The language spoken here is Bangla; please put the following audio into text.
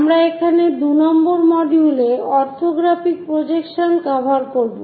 আমরা এখানে 2 নম্বর মডিউলে অরথোগ্রাফিক প্রজেকশন কভার করবো